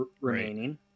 remaining